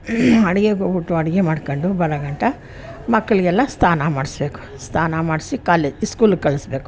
ಅಡುಗೆಗೆ ಹೋಗ್ಬಿಟ್ಟು ಅಡುಗೆ ಮಾಡ್ಕೊಂಡು ಬರೋಗಂಟ ಮಕ್ಕಳಿಗೆಲ್ಲ ಸ್ನಾನ ಮಾಡಿಸಬೇಕು ಸ್ನಾನ ಮಾಡಿಸಿ ಕಾಲೇಜ್ ಇಸ್ಕೂಲಿಗೆ ಕಳಿಸ್ಬೇಕು